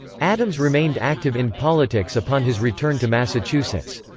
adams remained active in politics upon his return to massachusetts.